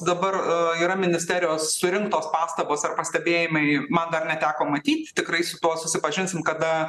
dabar yra ministerijos surinktos pastabos ar pastebėjimai man dar neteko matyt tikrai su tuo susipažinsim kada